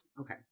okay